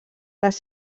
les